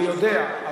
אני יודע,